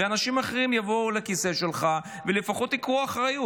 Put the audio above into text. ואנשים אחרים יבואו לכיסא שלך ולפחות ייקחו אחריות.